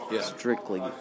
strictly